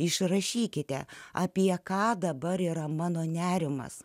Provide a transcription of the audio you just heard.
išrašykite apie ką dabar yra mano nerimas